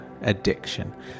addiction